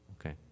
Okay